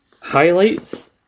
Highlights